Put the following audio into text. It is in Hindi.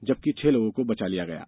जबकि छह लोगों को बचा लिया गया है